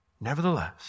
Nevertheless